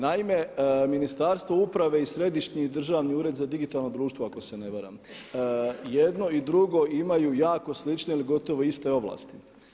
Naime, Ministarstvo uprave i Središnji državni ured za digitalno društvo ako se ne varam jedno i drugo imaju jako slične ili gotovo iste ovlasti.